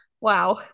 Wow